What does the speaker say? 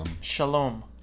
Shalom